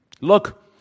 Look